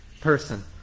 person